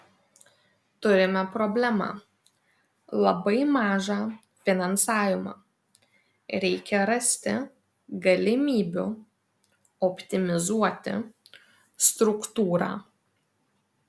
turime problemą labai mažą finansavimą reikia rasti galimybių optimizuoti struktūrą